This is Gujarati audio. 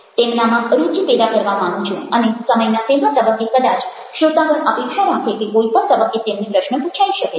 તેમનામાં રુચિ પેદા કરવા માગું છું અને સમયના તેવા તબક્કે કદાચ શ્રોતાગણ અપેક્ષા રાખે કે કોઈ પણ તબક્કે તેમને પ્રશ્ન પૂછાઇ શકે છે